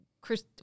Chris